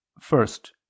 first